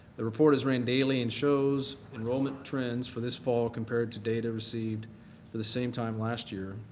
the report is run daily and shows enrollment trends for this fall compared to data received for the same time last year.